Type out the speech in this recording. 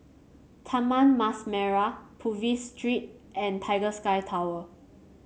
Taman Mas Merah Purvis Street and Tiger Sky Tower